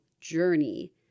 journey